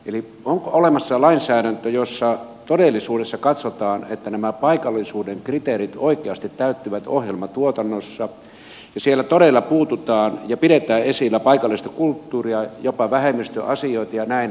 eli onko olemassa lainsäädäntö jossa todellisuudessa katsotaan että nämä paikallisuuden kriteerit oikeasti täyttyvät ohjelmatuotannossa ja siellä todella puututaan ja pidetään esillä paikallista kulttuuria jopa vähemmistöasioita ja näin